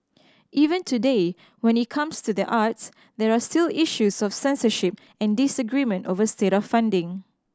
even today when it comes to the arts there are still issues of censorship and disagreement over state funding